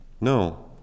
No